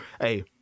hey